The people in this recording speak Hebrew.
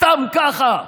סתם ככה.